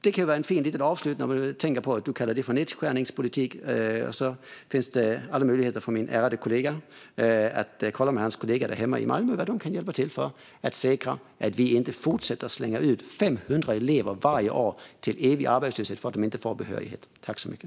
Det kan vara en fin liten avslutning med tanke på att du kallar det för nedskärningspolitik. Det finns alla möjligheter för min ärade kollega att kolla med sina kollegor i Malmö vad de kan hjälpa med för att säkra att vi inte fortsätter slänga ut 500 elever varje år till evig arbetslöshet för att de inte får behörighet.